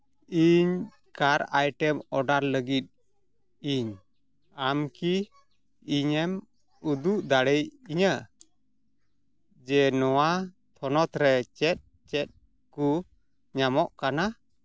ᱤᱧ ᱠᱟᱨ item order ᱞᱟᱹᱜᱤᱫ ᱤᱧ ᱟᱢ ᱠᱤ ᱤᱧᱮᱢ ᱩᱫᱩᱜ ᱫᱟᱲᱮᱭᱟᱹᱧᱟᱹ ᱡᱮ ᱱᱚᱣᱟ ᱛᱷᱚᱱᱚᱛ ᱨᱮ ᱪᱮᱫ ᱪᱮᱫ ᱠᱚ ᱧᱟᱢᱚᱜ ᱠᱟᱱᱟ